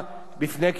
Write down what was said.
לכן, אדוני היושב-ראש,